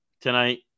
tonight